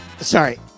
sorry